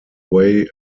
way